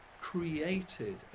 created